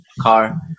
car